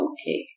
Okay